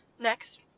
Next